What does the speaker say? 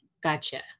gotcha